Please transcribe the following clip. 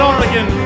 Oregon